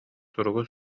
суругу